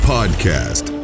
Podcast